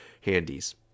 handies